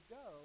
go